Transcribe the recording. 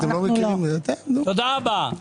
תודה רבה.